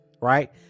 right